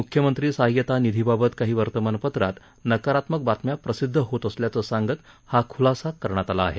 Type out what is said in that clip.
मुख्यमंत्री सहाय्यता निधीबाबत काही वर्तमानपत्रात नकारात्मक बातम्या प्रसिद्ध होत असल्याचं सांगत हा खुलासा करण्यात आला आहे